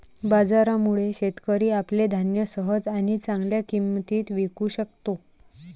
बाजारामुळे, शेतकरी आपले धान्य सहज आणि चांगल्या किंमतीत विकू शकतो